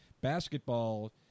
Basketball